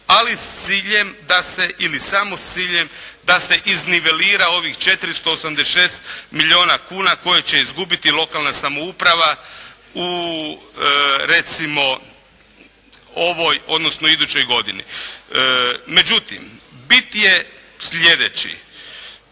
ali s ciljem da se ili samo s ciljem da se iznivelira ovih 486 milijuna kuna koje će izgubiti lokalna samouprava u, recimo ovoj, odnosno idućoj godini. Međutim, bit je sljedeći.